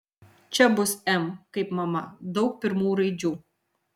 čia bus m kaip mama daug pirmų raidžių